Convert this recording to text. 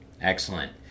Excellent